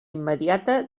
immediata